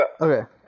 Okay